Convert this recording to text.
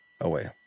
away